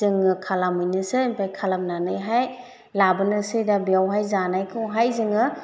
जोङो खालामहैनोसै ओमफ्राय खालामनानैहाय लाबोनोसै दा बेवहाय जानायखौहाय जोङो